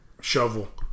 shovel